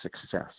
success